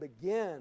begin